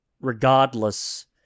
regardless